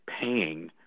paying